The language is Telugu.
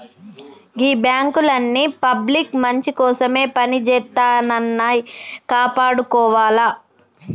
గీ బాంకులన్నీ పబ్లిక్ మంచికోసమే పనిజేత్తన్నయ్, కాపాడుకోవాల